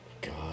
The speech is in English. God